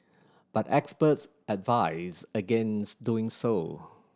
but experts advise against doing so